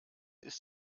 ist